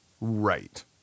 Right